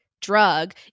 drug